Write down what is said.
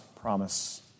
promise